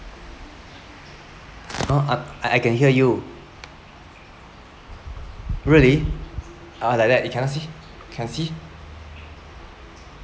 oh uh I I can hear you really uh like that it cannot see can you see